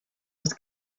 was